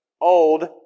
old